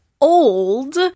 Old